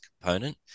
component